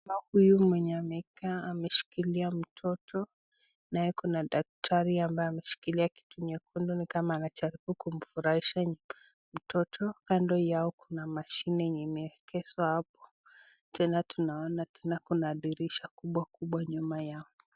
Huyu mwenye amekaa ameshikilia mtoto naye kuna daktari ambaye ameshikilia kitu nyekundu ni kama anajaribu kumfurahisha mtoto. Kando yao kuna machini yenye imeegeswa hapo na tena tunaona kuna dirisha kubwa kubwa nyuma yao.